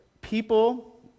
people